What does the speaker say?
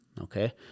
okay